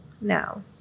now